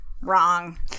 Wrong